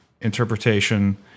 interpretation